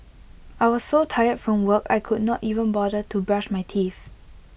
I was so tired from work I could not even bother to brush my teeth